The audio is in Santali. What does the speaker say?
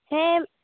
ᱦᱮᱸ